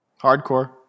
Hardcore